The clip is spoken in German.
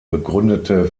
begründete